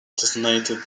designated